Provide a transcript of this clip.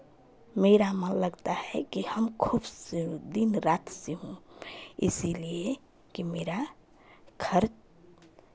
मेरा मन लगता है कि हम खूब दिन रात सीऊँ इसीलिए कि मेरा खर्च